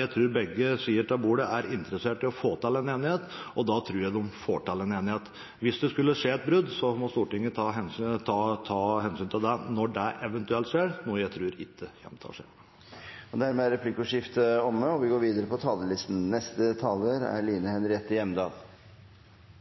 Jeg tror man på begge sider av bordet er interessert i å få til en enighet, og da tror jeg de får til en enighet. Hvis det skulle skje et brudd, må Stortinget ta hensyn til det når det eventuelt skjer, noe jeg tror ikke kommer til å skje. Replikkordskiftet er omme. For under to måneder siden vedtok vi